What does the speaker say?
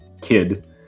kid